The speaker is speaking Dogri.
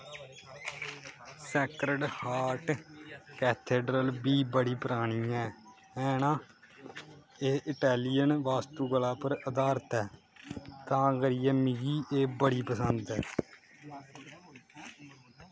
सैक्रड हार्ट कैथेड्रल बी बड़ी परानी ऐ है ना एह् इटैलियन वास्तुकला पर अधारत ऐ तां करियै मिगी एह् बड़ी पसंद ऐ